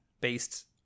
based